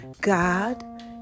God